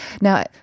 Now